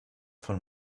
von